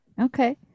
Okay